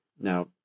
Now